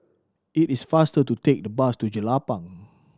it is faster to take the bus to Jelapang